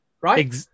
Right